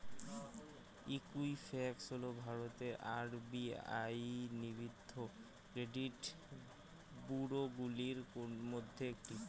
Equifax হল ভারতের RBI নিবন্ধিত ক্রেডিট ব্যুরোগুলির মধ্যে একটি